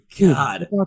God